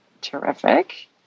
Terrific